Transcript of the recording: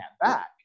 back